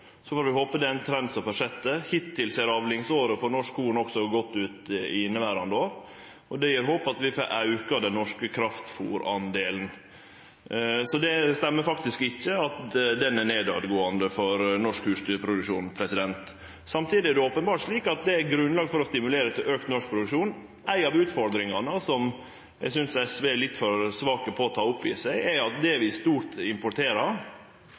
Så får vi håpe det er ein trend som fortset. Hittil ser avlingsåret for norsk korn godt ut også inneverande år, og det gjev håp om at vi får auka delen av norsk kraftfôr. Så det stemmer faktisk ikkje at han går ned for norsk husdyrproduksjon. Samtidig er det openbert slik at det er grunnlag for å stimulere til auka norsk produksjon. Ei av utfordringane som eg synest SV er litt for svake på å ta inn over seg, er at det vi i stort importerer,